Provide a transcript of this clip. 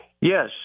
Yes